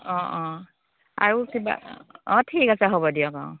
অঁ অঁ আৰু কিবা অঁ ঠিক আছে হ'ব দিয়ক অঁ